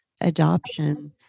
adoption